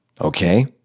Okay